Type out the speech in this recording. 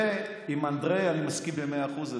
הרי עם אנדרי אני מסכים במאה אחוז.